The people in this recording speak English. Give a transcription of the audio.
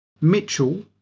Mitchell